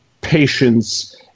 patience